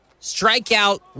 Strikeout